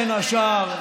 בין השאר,